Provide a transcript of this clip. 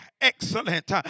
excellent